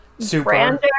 super